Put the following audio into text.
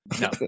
no